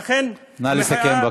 נא לסכם.